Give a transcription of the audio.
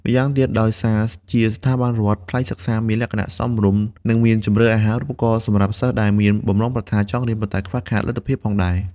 ម្យ៉ាងទៀត ដោយសារជាស្ថាប័នរដ្ឋ ថ្លៃសិក្សាមានលក្ខណៈសមរម្យ និងមានជម្រើសអាហារូបករណ៍សម្រាប់សិស្សដែលមានបំណងប្រាថ្នាចង់រៀន ប៉ុន្តែខ្វះខាតលទ្ធភាពផងដែរ។